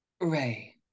Ray